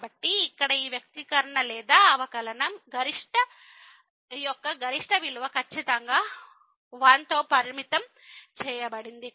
కాబట్టి ఇక్కడ ఈ వ్యక్తీకరణ లేదా ఈ అవకలనం యొక్క గరిష్ట విలువ ఖచ్చితంగా 1 తో పరిమితం చేయబడింది